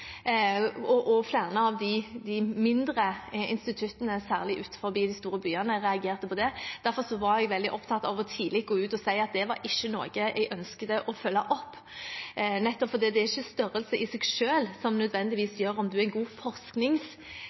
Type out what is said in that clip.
og flere av de mindre instituttene – særlig utenfor de store byene – reagerte på det. Derfor var jeg veldig opptatt av tidlig å gå ut og si at det var ikke noe jeg ønsket å følge opp, nettopp fordi det ikke nødvendigvis er størrelse i seg selv som gjør at en er en god